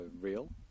real